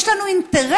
יש לנו אינטרס